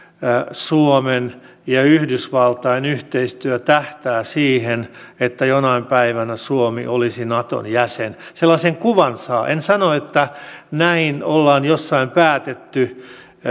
suomen ja yhdysvaltain yhteistyö tähtää siihen että jonain päivänä suomi olisi naton jäsen sellaisen kuvan saa en sano että näin on jossain päätetty